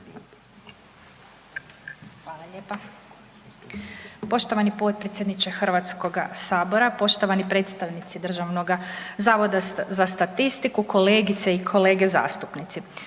Ružica (DP)** Poštovani potpredsjedniče HS, poštovani predstavnici Državnoga zavoda za statistiku, kolegice i kolege zastupnici.